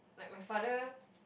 like my father